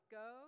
go